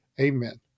Amen